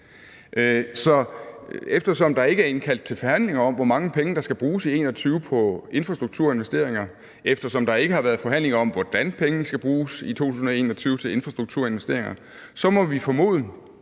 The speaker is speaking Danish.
eftersom der ikke er indkaldt til forhandlinger om, hvor mange penge der skal bruges i 2021 på infrastrukturinvesteringer, og eftersom der ikke har været forhandlinger om, hvordan pengene skal bruges i 2021 til infrastrukturinvesteringer, må vi formode,